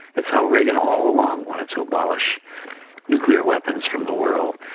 it's how reagan all along wanted to abolish nuclear weapons from the world.